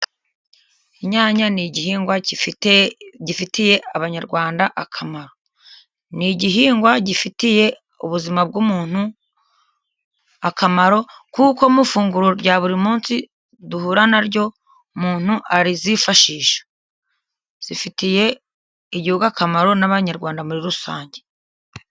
Inyanya ni igihingwa gifitiye abanyarwanda akamaro. Ni igihingwa gifitiye ubuzima bw'umuntu akamaro, kuko mu ifunguro rya buri munsi duhura na ryo, umuntu arizifashisha. Zifitiye igihugu akamaro n'abanyarwanda muri rusange.